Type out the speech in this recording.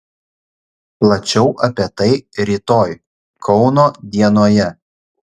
plačiau apie tai rytoj kauno dienoje